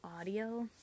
audio